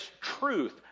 truth